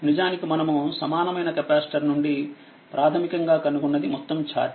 నిజానికి మనము సమానమైన కెపాసిటర్ నుండి ప్రాథమికంగా కనుగొన్నది మొత్తం ఛార్జ్